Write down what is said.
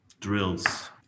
drills